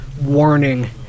warning